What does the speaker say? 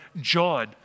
John